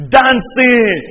dancing